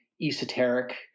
esoteric